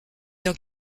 dans